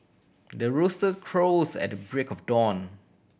the rooster crows at the break of dawn